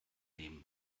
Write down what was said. nehmen